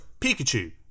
Pikachu